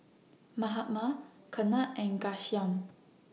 Mahatma Ketna and Ghanshyam